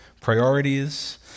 priorities